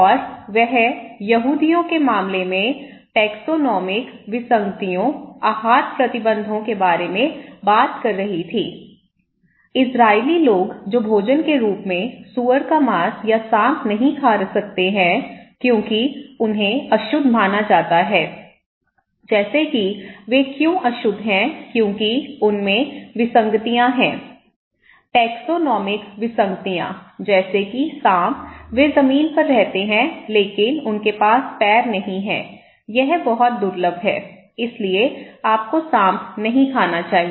और वह यहूदियों के मामले में टैक्सोनोमिक विसंगतियों आहार प्रतिबंधों के बारे में बात कर रही थी इज़राइली लोग जो भोजन के रूप में सूअर का मांस या सांप नहीं खा सकते हैं क्योंकि उन्हें अशुद्ध माना जाता है जैसे कि वे क्यों क्यों अशुद्ध हैं क्योंकि उनमें विसंगतियाँ हैं टैक्सोनोमिक विसंगतियाँ जैसे कि सांप वे जमीन पर रहते हैं लेकिन उनके पास पैर नहीं हैं यह बहुत दुर्लभ है इसलिए आपको सांप नहीं खाना चाहिए